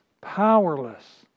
powerless